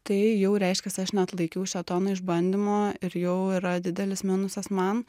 tai jau reiškias aš neatlaikiau šėtono išbandymo ir jau yra didelis minusas man